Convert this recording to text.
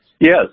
Yes